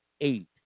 eight